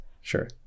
sure